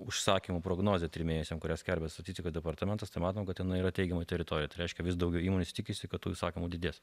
užsakymų prognozę trim mėnesiam kurias skelbia statistikos departamentas tai matom kad jinai yra teigimoj teritorijoj reiškia vis daugiau įmonių tikisi kad tų užsakymų didės